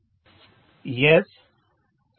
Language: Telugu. ప్రొఫెసర్ విద్యార్థి సంభాషణ మొదలవుతుంది ప్రొఫెసర్ యస్